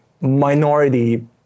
minority